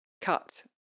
cut